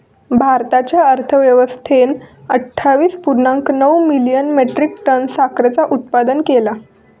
भारताच्या अर्थव्यवस्थेन अट्ठावीस पुर्णांक नऊ मिलियन मेट्रीक टन साखरेचा उत्पादन केला